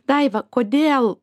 daiva kodėl